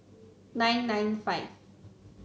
nine nine five